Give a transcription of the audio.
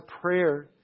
prayer